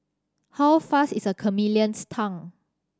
how fast is a chameleon's tongue